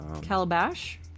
Calabash